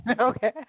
Okay